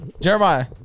Jeremiah